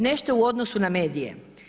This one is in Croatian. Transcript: Nešto u odnosu na medije.